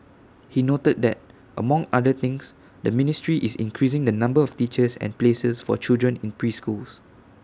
he noted that among other things the ministry is increasing the number of teachers and places for children in preschools